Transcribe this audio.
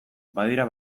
badira